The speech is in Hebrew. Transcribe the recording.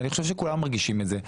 אני חושב שכולם מרגישים את זה,